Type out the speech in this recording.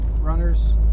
Runners